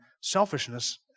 selfishness